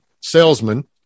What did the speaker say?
salesman